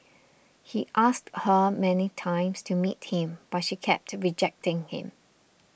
he asked her many times to meet him but she kept rejecting him